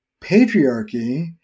Patriarchy